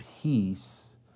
peace